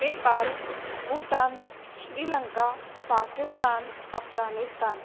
Nepal Bhutan Sri Lanka Pakistan Afghanistan